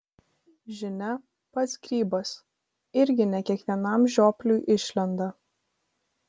žinia pats grybas irgi ne kiekvienam žiopliui išlenda